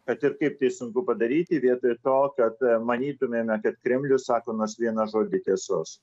kad ir kaip tai sunku padaryti vietoj to kad manytumėme kad kremlius sako nors vieną žodį tiesos